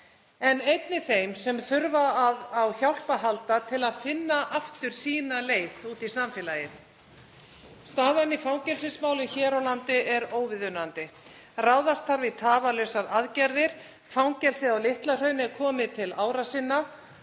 en einnig þeim sem þurfa á hjálp að halda til að finna aftur sína leið út í samfélagið. Staðan í fangelsismálum hér á landi er óviðunandi. Ráðast þarf í tafarlausar aðgerðir. Fangelsið á Litla-Hrauni er komið til ára sinna